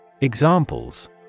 Examples